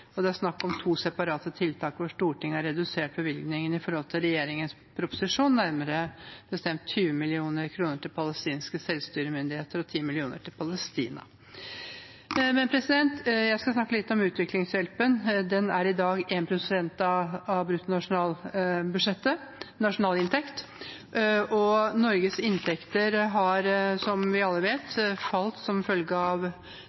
og det er snakk om to separate tiltak hvor Stortinget har redusert bevilgningene i forhold til regjeringens proposisjon, nærmere bestemt 20 mill. kr til palestinske selvstyremyndigheter og 10 mill. kr til Palestina. Jeg skal snakke litt om utviklingshjelpen. Den er i dag på 1 pst. av brutto nasjonalinntekt. Norges inntekter har, som vi alle vet, falt som følge av